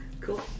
Cool